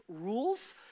rules